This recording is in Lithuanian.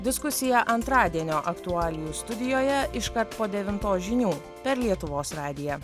diskusija antradienio aktualijų studijoje iškart po devintos žinių per lietuvos radiją